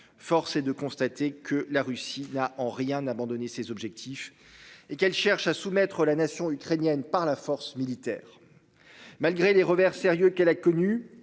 Force est de constater que la Russie n'a en rien abandonner ses objectifs et qu'elle cherche à soumettre la nation ukrainienne par la force militaire. Malgré les revers sérieux qu'elle a connu,